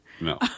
no